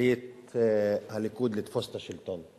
החליט הליכוד לתפוס את השלטון.